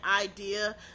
idea